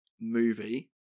Movie